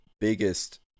biggest